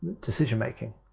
decision-making